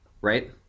right